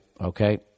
Okay